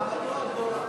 אהבתו הגדולה.